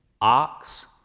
ox